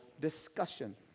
discussion